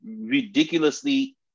ridiculously